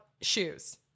shoes